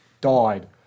Died